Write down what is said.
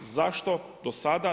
Zašto do sada?